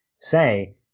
say